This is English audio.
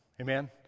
amen